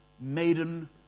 maiden